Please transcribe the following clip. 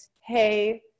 hey